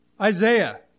Isaiah